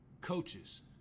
coaches